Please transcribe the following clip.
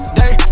day